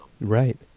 Right